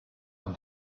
and